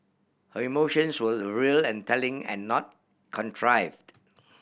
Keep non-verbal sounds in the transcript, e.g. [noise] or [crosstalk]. her emotions were [unintelligible] real and telling and not contrived